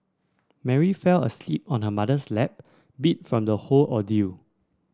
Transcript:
Mary fell asleep on her mother's lap beat from the whole ordeal